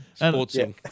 Sportsing